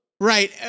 right